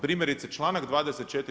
Primjerice, članak 24.